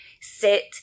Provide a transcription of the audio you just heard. sit